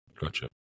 gotcha